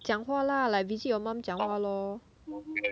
讲话 lah like visit your mom 讲话 lor